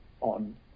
on